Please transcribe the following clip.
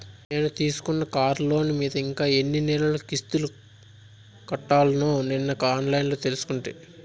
నేను తీసుకున్న కార్లోను మీద ఇంకా ఎన్ని నెలలు కిస్తులు కట్టాల్నో నిన్న ఆన్లైన్లో తెలుసుకుంటి